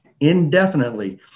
Indefinitely